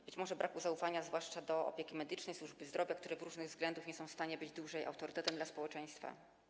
A może to przejaw braku zaufania, zwłaszcza do opieki medycznej, służby zdrowia, które z różnych względów nie są w stanie być dłużej autorytetem dla społeczeństwa?